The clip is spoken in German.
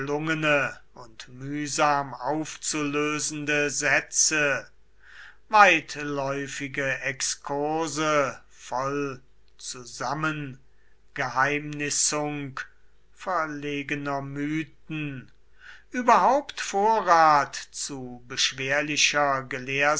und mühsam aufzulösende sätze weitläufige exkurse voll zusammengeheimnissung verlegener mythen überhaupt vorrat zu beschwerlicher